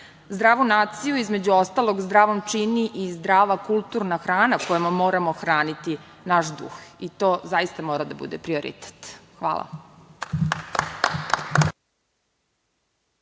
naroda. Zdravu naciju, između ostalog, zdravom čini i zdrava kulturna hrana kojom moramo hraniti naš duh i to zaista mora da bude prioritet. Hvala.